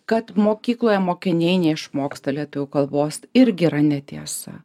kad mokykloje mokiniai neišmoksta lietuvių kalbos irgi yra netiesa